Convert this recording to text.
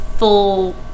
full